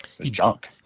junk